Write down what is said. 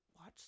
watch